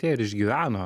tie ir išgyveno